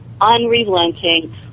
unrelenting